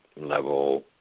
level